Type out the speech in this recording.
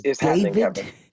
David